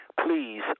please